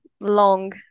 long